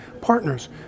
partners